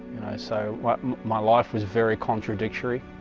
so, what my life, was very contradictory?